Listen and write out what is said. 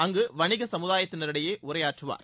அங்கு வணிக சமுதாயத்தினரிடையே அவர் உரையாற்றுவார்